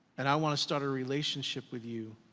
and i wanna start a relationship with you